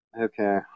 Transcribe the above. Okay